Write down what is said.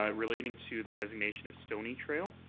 ah relating to the designation of stoney trail.